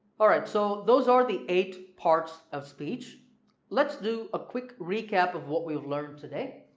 alright so those are the eight parts of speech let's do a quick recap of what we've learned today